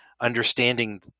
understanding